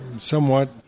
somewhat